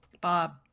Bob